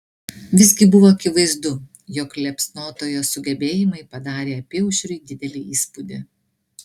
visgi buvo akivaizdu jog liepsnotojo sugebėjimai padarė apyaušriui didelį įspūdį